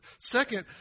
Second